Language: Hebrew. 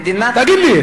מדינת, תגיד לי.